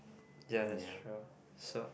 ya lecture so